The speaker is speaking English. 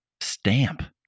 stamp